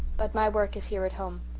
but my work is here at home.